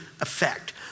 Effect